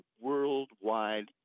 worldwide